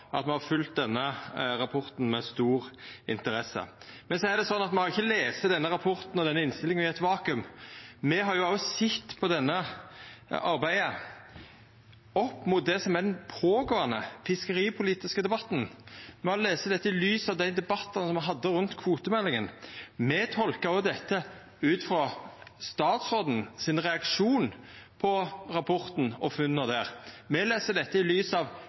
at me har følgt denne rapporten med stor interesse. Det er slik at me har ikkje lese denne rapporten og denne innstillinga i eit vakuum. Me har òg sett på dette arbeidet opp mot den pågåande fiskeripolitiske debatten. Me har lese dette i lys av dei debattane me hadde rundt kvotemeldinga. Me tolkar òg dette ut frå statsråden sin reaksjon på rapporten og funna der. Me les dette i lys av